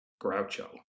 Groucho